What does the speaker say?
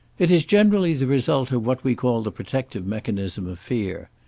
it is generally the result of what we call the protective mechanism of fear.